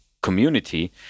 community